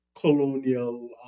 colonial